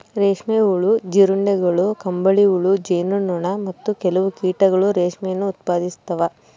ರೇಷ್ಮೆ ಹುಳು, ಜೀರುಂಡೆಗಳು, ಕಂಬಳಿಹುಳು, ಜೇನು ನೊಣ, ಮತ್ತು ಕೆಲವು ಕೀಟಗಳು ರೇಷ್ಮೆಯನ್ನು ಉತ್ಪಾದಿಸ್ತವ